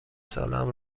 سالهام